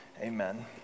Amen